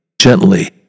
gently